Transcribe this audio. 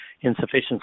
insufficient